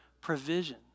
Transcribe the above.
provision